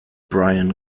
bryan